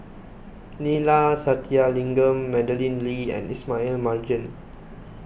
Neila Sathyalingam Madeleine Lee and Ismail Marjan